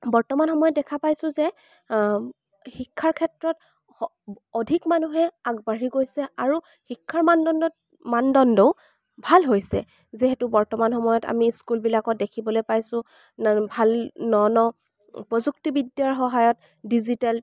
বৰ্তমান সময়ত দেখা পাইছো যে শিক্ষাৰ ক্ষেত্ৰত অধিক মানুহে আগবাঢ়ি গৈছে আৰু শিক্ষাৰ মানদণ্ডত মানদণ্ডও ভাল হৈছে যিহেতু বৰ্তমান সময়ত আমি স্কুলবিলাকত দেখিবলৈ পাইছো ভাল ন ন প্ৰযুক্তিবিদ্যাৰ সহায়ত ডিজিটেল